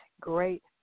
great